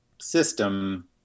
system